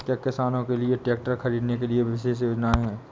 क्या किसानों के लिए ट्रैक्टर खरीदने के लिए विशेष योजनाएं हैं?